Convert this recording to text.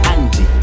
Andy